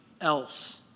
else